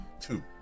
two